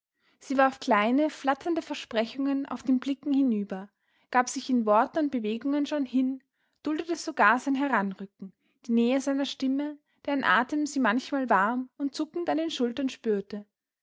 sie warf kleine flatternde versprechungen auf den blicken hinüber gab sich in worten und bewegungen schon hin duldete sogar sein heranrücken die nähe seiner stimme deren atem sie manchmal warm und zuckend an den schultern spürte